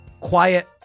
quiet